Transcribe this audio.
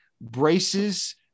braces